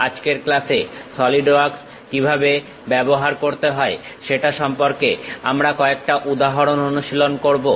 আজকের ক্লাসে SolidWorks কিভাবে ব্যবহার করতে হয় সেটা সম্পর্কে আমরা কয়েকটা উদাহরণ অনুশীলন করবো